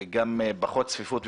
ופחות צפיפות?